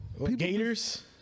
Gators